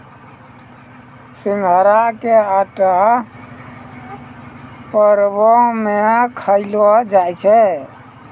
सिघाड़ा के आटा परवो मे खयलो जाय छै